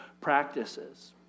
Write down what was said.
practices